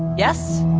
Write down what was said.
yes?